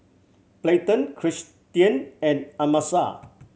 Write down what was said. Payton Cristian and Amasa